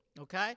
Okay